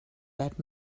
that